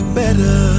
better